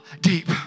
deep